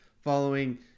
following